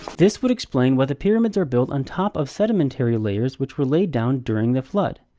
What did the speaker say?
this would explain why the pyramids are built on top of sedimentary layers, which were laid down during the flood.